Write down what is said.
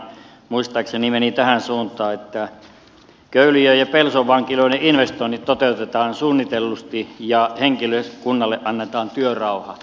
muistaakseni se meni tähän suuntaan että köyliön ja pelson vankiloiden investoinnit toteutetaan suunnitellusti ja henkilökunnalle annetaan työrauha